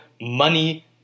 money